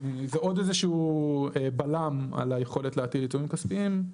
זה עוד איזשהו בלם על היכולת להטיל עיצומים כספיים.